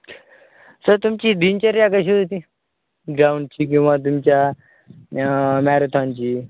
sir तुमची दिनचर्या कशी होती ग्राउंडची किंवा तुमच्या मॅरेथॉनची